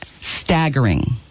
staggering